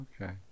Okay